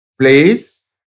place